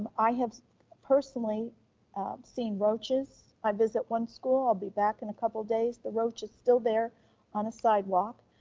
i have personally seen roaches. i visit one school, i'll be back in a couple of days, the roach is still there on a sidewalk.